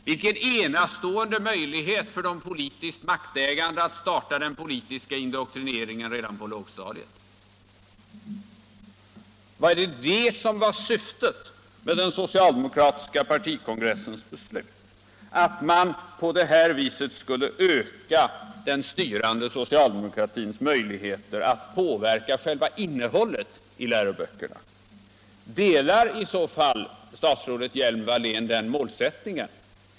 Vilken enastående möjlighet för de politiskt maktägande att starta den politiska indoktrineringen redan på lågstadiet! Var det syftet med den socialdemokratiska partikongressens beslut — att man på detta vis skulle öka det styrande socialdemokratiska partiets möjligheter att påverka själva innehållet i läroböckerna? Instämmer i så fall statsrådet Hjelm-Wallén i den målsättningen?